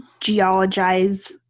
geologize